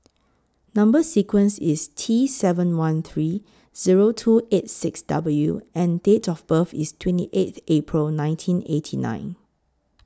Number sequence IS T seven one three Zero two eight six W and Date of birth IS twenty eighth April nineteen eighty nine